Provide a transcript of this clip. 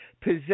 possess